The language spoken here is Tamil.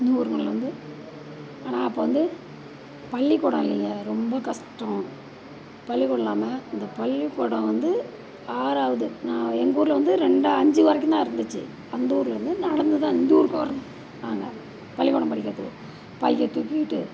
அந்த ஊருங்களில் வந்து ஆனால் அப்போ வந்து பள்ளிக்கூடம் இல்லைங்க ரொம்ப கஷ்டம் பள்ளிக்கூடம் இல்லாமல் அந்த பள்ளிக்கூடம் வந்து ஆறாவது நான் எங்க ஊரில் வந்து ரெண்டு அஞ்சி வரைக்குந்தான் இருந்துச்சு அந்த ஊருலேருந்து நடந்துதான் இந்த ஊருக்கு வரணும் நாங்க பள்ளிக்கூடம் படிக்கிறத்துக்கு பையை தூக்கிக்கிட்டு